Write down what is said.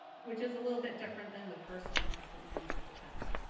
which is a little bit different than the first and second lines of defense.